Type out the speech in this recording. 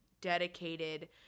dedicated